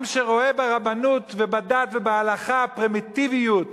עם שרואה ברבנות ובדת ובהלכה פרימיטיביות,